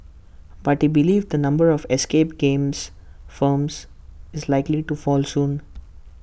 but he believes the number of escape games firms is likely to fall soon